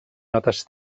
notes